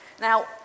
Now